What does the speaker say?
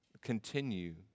continue